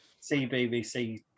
CBBC